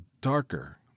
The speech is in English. darker